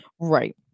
Right